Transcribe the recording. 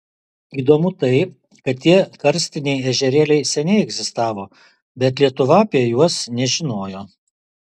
įdomu tai kad tie karstiniai ežerėliai seniai egzistavo bet lietuva apie juos nežinojo